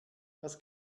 das